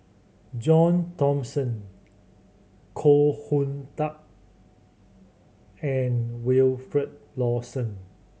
John Thomson Koh Hoon Teck and Wilfed Lawson